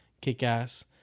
Kick-Ass